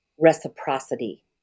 reciprocity